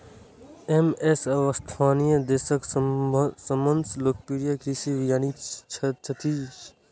M S Swaminathan देशक सबसं लोकप्रिय कृषि वैज्ञानिक छथि